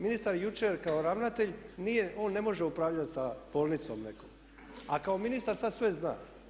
Ministar jučer kao ravnatelj nije, on ne može upravljat sa bolnicom nekom, a kao ministar sad sve zna.